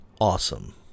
awesome